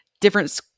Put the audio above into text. different